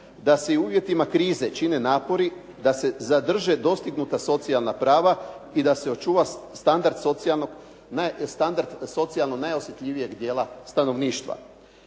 da se i u uvjetima krize čine napori da se zadrže dostignuta socijalna prava i da se očuva standard socijalno najosjetljivijeg dijela stanovništva.